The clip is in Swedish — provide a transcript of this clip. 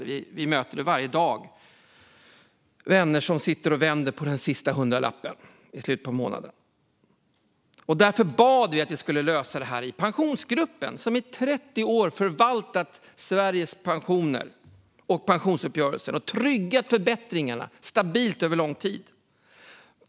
Vi möter dem varenda dag - vänner som sitter och vänder på den sista hundralappen i slutet av månaden. Därför bad vi att frågan skulle lösas i Pensionsgruppen, som i 30 år har förvaltat Sveriges pensioner och pensionsuppgörelsen. De har tryggat förbättringarna stabilt över lång tid.